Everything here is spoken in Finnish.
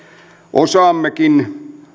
osaammekin